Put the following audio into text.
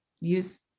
use